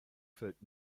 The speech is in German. fällt